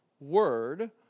word